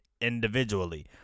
individually